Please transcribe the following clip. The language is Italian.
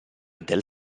del